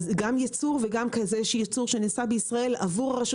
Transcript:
גם ייצור וגם ייצור שנעשה בישראל עבור הרשות